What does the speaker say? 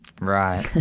Right